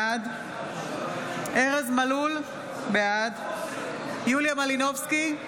בעד ארז מלול, בעד יוליה מלינובסקי,